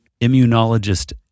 Immunologist